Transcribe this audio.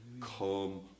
Come